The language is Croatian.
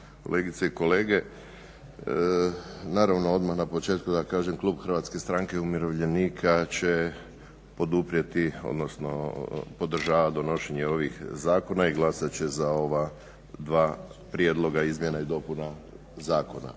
kolegice i kolege. Naravno, odmah na početku da kažem klub Hrvatske stranke umirovljenika će poduprijeti, odnosno podržava donošenje ovih zakona i glasat će za ova dva prijedloga izmjena i dopuna zakona.